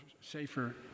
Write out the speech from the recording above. safer